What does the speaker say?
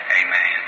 amen